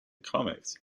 comics